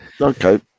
Okay